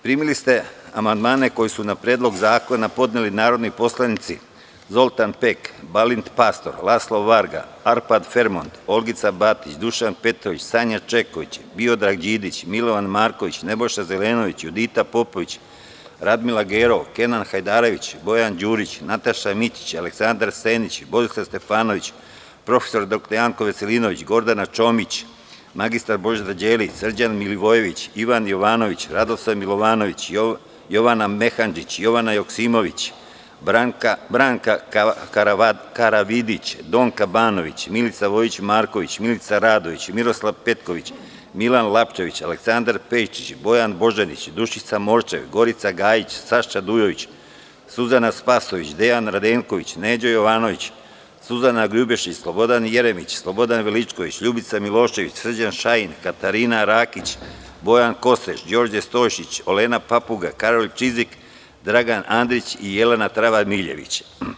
Primili ste amandmane koje su na Predlog zakona podneli narodni poslanici: Zoltan Pek, Balint Pastor, Laslo Varga, Arpad Fremond, Olgica Batić, Dušan Petrović, Sanja Čeković, Miodrag Đidiđ, Milovan Marković, Nebojša Zelenović, Judita Popović, Radmila Gerov, Kenan Hajdarević, Bojan Đurić, Nataša Mićić, Aleksandar Senić, Borislav Stefanović, prof. dr Janko Veselinović, Gordana Čomić, mr Božidar Đelić, Srđan Milivojević, Ivan Jovanović, Radoslav Milovanović, Jovana Mehandžić, Jovana Joksimović, Branka Karavidić, Donka Banović, Milica Vojić Marković, Milica Radović, Miroslav Petković, Milan Lapčević, Aleksandar Pejčić, Bojana Božanić, Dušica Morčev, Gorica Gajić, Saša Dujović, Suzana Spasojević, Dejan Radenković, Neđo Jovanović, Suzana Grubješić, Slobodan Jeremić, Slobodan Veličković, Ljubica Milošević, Srđan Šajn, Katarina Rakić, Bojan Kostreš, Đorđe Stojšić, Olena Papuga, Karolj Čizik, Dragan Andrić i Jelena Travar Miljević.